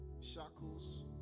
shackles